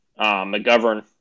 McGovern